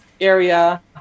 area